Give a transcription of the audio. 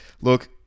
look